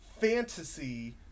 fantasy